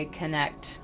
connect